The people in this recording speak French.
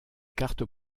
cartes